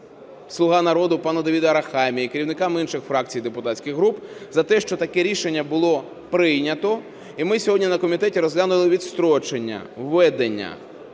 "Слуга народу" пану Давиду Арахамії, керівникам інших фракцій і депутатських груп, за те, що таке рішення було прийнято. І ми сьогодні на комітеті розглянули відстрочення введення